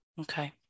Okay